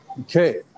Okay